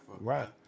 Right